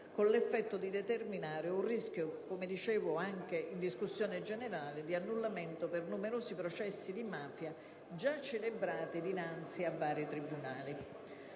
con l'effetto di determinare un rischio - come dicevo anche in discussione generale - di annullamento per numerosi processi di mafia già celebrati dinanzi a vari tribunali.